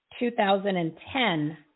2010